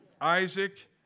Isaac